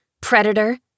predator